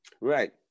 Right